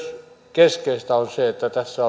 keskeistä on myös se että tässä